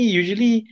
usually